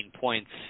points